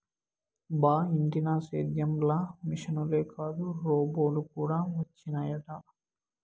బా ఇంటినా సేద్యం ల మిశనులే కాదు రోబోలు కూడా వచ్చినయట